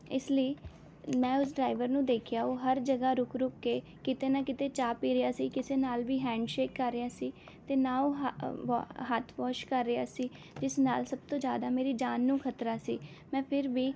ਇਸ ਲਈ ਮੈਂ ਉਸ ਡਰਾਈਵਰ ਨੂੰ ਦੇਖਿਆ ਉਹ ਹਰ ਜਗ੍ਹਾ ਰੁਕ ਰੁਕ ਕੇ ਕਿਤੇ ਨਾ ਕਿਤੇ ਚਾਹ ਪੀ ਰਿਹਾ ਸੀ ਕਿਸੇ ਨਾਲ ਵੀ ਹੈਂਡਸ਼ੇਕ ਕਰ ਰਿਹਾ ਸੀ ਅਤੇ ਨਾ ਉਹ ਹ ਹੱਥ ਵਾਸ਼ ਕਰ ਰਿਹਾ ਸੀ ਇਸ ਨਾਲ ਸਭ ਤੋਂ ਜ਼ਿਆਦਾ ਮੇਰੀ ਜਾਨ ਨੂੰ ਖ਼ਤਰਾ ਸੀ ਮੈਂ ਫਿਰ ਵੀ